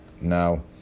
Now